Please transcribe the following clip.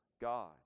God